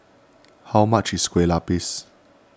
how much is Kueh Lupis